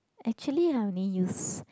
actually I only use